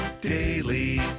daily